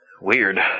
Weird